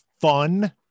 fun